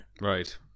right